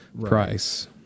price